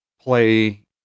play